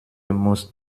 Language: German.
musst